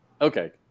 Okay